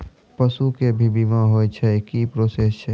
पसु के भी बीमा होय छै, की प्रोसेस छै?